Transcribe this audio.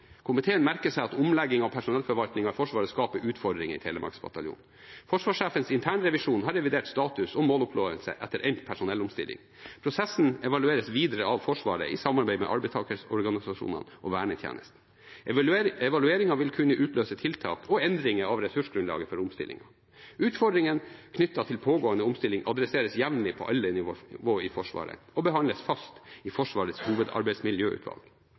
Komiteen merker seg at omlegging av personellforvaltningen skaper utfordringer i Telemark bataljon. Forsvarssjefens internrevisjon har revidert status og måloppnåelse etter endt personellomstilling. Prosessen evalueres videre av Forsvaret i samarbeid med arbeidstakerorganisasjonene og vernetjenesten. Evalueringen vil kunne utløse tiltak og endringer av ressursgrunnlaget for omstilling. Utfordringen knyttet til pågående omstilling adresseres jevnlig på alle nivå i Forsvaret og behandles fast i Forsvarets